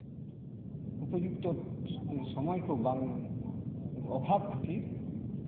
ᱩᱯᱚᱡᱩᱠᱛᱚ ᱥᱚᱢᱚᱭ ᱠᱚ ᱵᱟᱝ ᱚᱵᱷᱟᱵ ᱠᱷᱟᱹᱛᱤᱨ